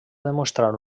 demostrar